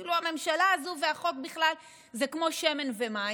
כאילו הממשלה הזאת והחוק זה בכלל כמו שמן ומים.